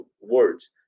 words